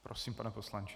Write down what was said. Prosím, pane poslanče.